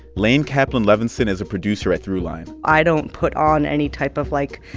laine kaplan-levenson is a producer at throughline i don't put on any type of, like,